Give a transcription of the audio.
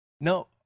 No